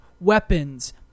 weapons